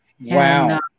Wow